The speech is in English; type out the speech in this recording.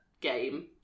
game